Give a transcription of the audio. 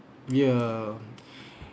ya